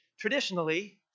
traditionally